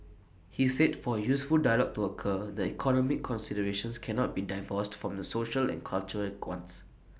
he said for A useful dialogue to occur the economic considerations cannot be divorced from the social and cultural